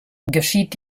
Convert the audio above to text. geschieht